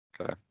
Okay